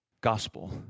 gospel